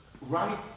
right